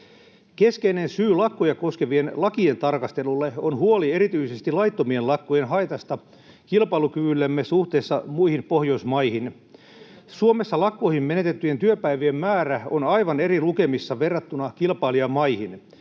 Keskeinen syy lakkoja koskevien lakien tarkastelulle on huoli erityisesti laittomien lakkojen haitasta kilpailukyvyllemme suhteessa muihin Pohjoismaihin. Suomessa lakkoihin menetettyjen työpäivien määrä on aivan eri lukemissa verrattuna kilpailijamaihin.